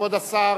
כבוד השר